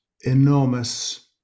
enormous